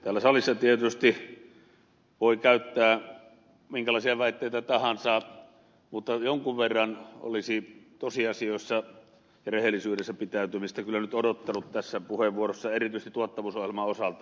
täällä salissa tietysti voi käyttää minkälaisia väitteitä tahansa mutta jonkun verran olisi tosiasioissa ja rehellisyydessä pitäytymistä kyllä nyt odottanut tässä puheenvuorossa erityisesti tuottavuusohjelman osalta